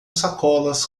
sacolas